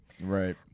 Right